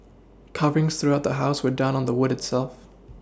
carvings throughout the house were done on the wood itself